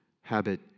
Habit